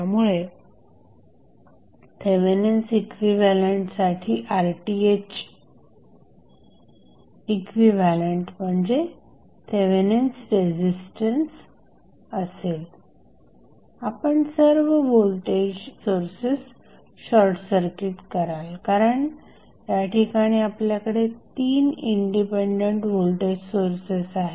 त्यामुळे थेवेनिन्स इक्विव्हॅलंटसाठी RTh equivalent म्हणजे थेवेनिन्स रेझिस्टन्स असेल आपण सर्व व्होल्टेज सोर्सेस शॉर्टसर्किट कराल कारण याठिकाणी आपल्याकडे 3 इंडिपेंडेंट व्होल्टेज सोर्सेस आहेत